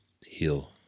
heal